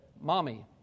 mommy